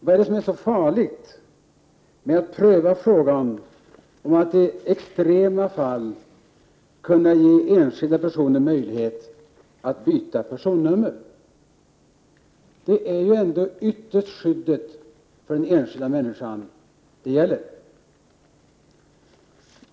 Vad är det som är så farligt med att pröva frågan om att i extrema 87 fall kunna ge enskilda personer möjlighet att byta personnummer? Ytterst är det ju ändå skyddet för den enskilda människan det gäller.